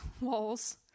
walls